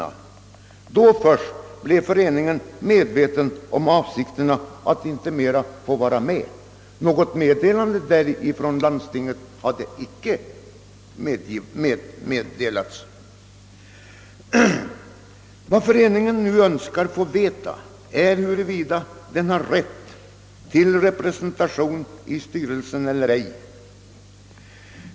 Först då detta stod klart blev föreningen medveten om att landstingets avsikt var att dess representanter inte längre skulle få vara med. Något meddelande därom från landstinget hade inte inkommit. Vad föreningen nu önskar få veta är huruvida den har rätt till representation i styrelsen eller ej.